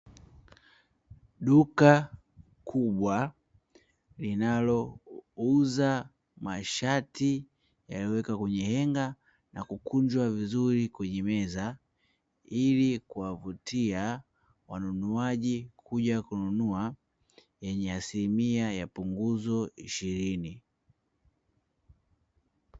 Duka kubwa linalouza mashati yaliyowekwa kwenye henga na kukunjwa vizuri kwenye meza, ili kuwavutia wanunuaji kuja kununua, yenye asilimia ya punguzo ishirini.